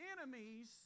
Enemies